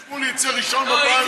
אפילו אם שמולי יצא ראשון בפריימריז,